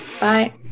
Bye